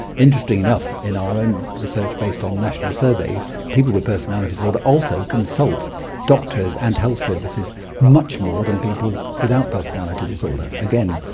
enough in our own research based on national surveys people with personality disorder also consult doctors and health services much more than people without personality disorder. again,